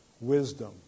wisdom